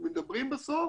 אנחנו מדברים בסוף